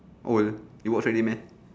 old you watch already meh